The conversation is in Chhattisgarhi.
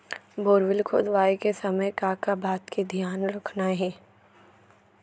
बोरवेल खोदवाए के समय का का बात के धियान रखना हे?